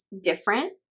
different